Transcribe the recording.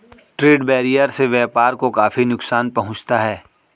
trade barrier से व्यापार को काफी नुकसान पहुंचता है